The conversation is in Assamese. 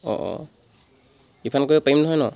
অঁ অঁ ৰিফাণ্ড কৰিব পাৰিম নহয় ন